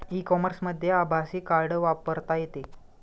E कॉमर्समध्ये आभासी card वापरता येते